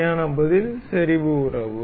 சரியான பதில் செறிவு உறவு